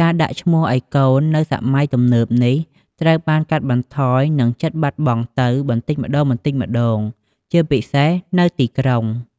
ការដាក់ឈ្មោះឱ្យកូននៅសម័យទំនើបនេះ ត្រូវបានកាត់បន្ថយ និងជិតបាត់បង់ទៅបន្តិចម្ដងៗ ជាពិសេសនៅទីក្រុង។